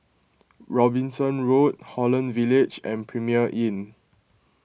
Robinson Road Holland Village and Premier Inn